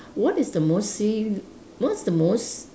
what is the mostly what's the most